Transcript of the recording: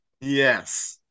Yes